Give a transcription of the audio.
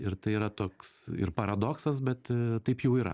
ir tai yra toks ir paradoksas bet taip jau yra